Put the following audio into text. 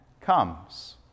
comes